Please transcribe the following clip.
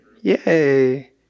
Yay